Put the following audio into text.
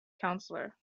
counselor